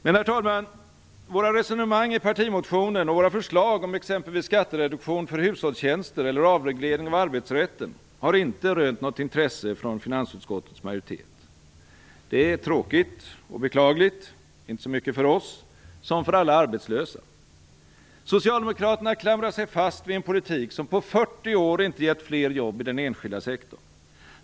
Men, herr talman, våra resonemang i partimotionen och våra förslag om exempelvis skattereduktion för hushållstjänster eller avreglering av arbetsrätten har inte rönt något intresse från finansutskottets majoritet. Det är tråkigt och beklagligt - inte så mycket för oss som för alla arbetslösa. Socialdemokraterna klamrar sig fast vid en politik, som på 40 år inte gett fler jobb i den enskilda sektorn.